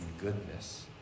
goodness